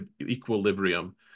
equilibrium